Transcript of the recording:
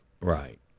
Right